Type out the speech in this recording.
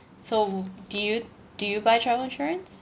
so do you do you buy travel insurance